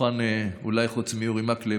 אולי חוץ מאורי מקלב,